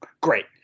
Great